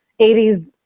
80s